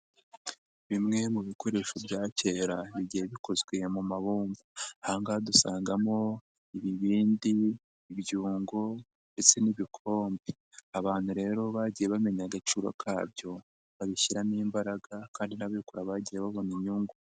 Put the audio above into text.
Bimwe mu bikoresho bya kera bigiye bikozwe mu mabumba, aha ngaha dusangamo ibibindi, ibyungo ndetse n'ibikombe, abantu rero bagiye bamenya agaciro kabyo babishyiramo imbaraga kandi n'ababikora bagiye babona inyungu.